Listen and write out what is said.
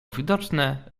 widoczne